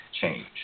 change